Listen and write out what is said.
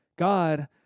God